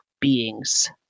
beings